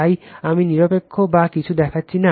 তাই আমি নিরপেক্ষ বা কিছু দেখাচ্ছি না